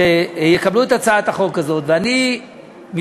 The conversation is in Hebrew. שיקבלו את הצעת החוק הזאת, ואני מתחייב,